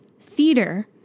theater